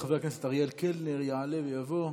חבר הכנסת אריאל קלנר יעלה ויבוא,